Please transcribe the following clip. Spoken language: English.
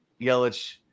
Yelich